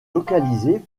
localisé